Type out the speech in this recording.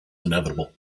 inevitable